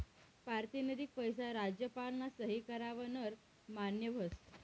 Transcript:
पारतिनिधिक पैसा राज्यपालना सही कराव वर मान्य व्हस